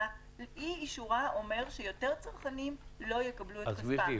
אי-אישורה אומר שיותר צרכנים לא יקבלו את כספם.